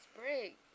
break